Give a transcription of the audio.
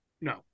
No